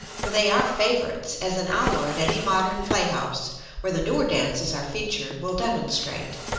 for they are favorites, as an hour at any modern playhouse where the newer dances are featured, will demonstrate.